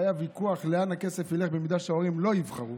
והיה ויכוח לאן הכסף ילך אם ההורים לא יבחרו